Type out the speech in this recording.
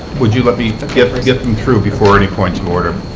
would you let me and get get them through before any points of order?